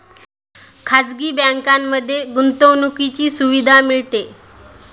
खाजगी बँकांमध्ये गुंतवणुकीची सुविधा मिळते